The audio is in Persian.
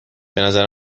بنظر